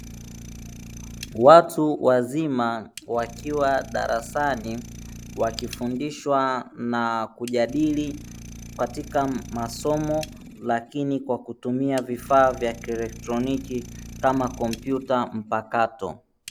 Watu wazima wakiwa darasani, wakifundishwa na kujadili katika masomo lakini kwa kutumia vifaa vya kieletroniki kama kompyuta mpakato.